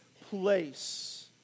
place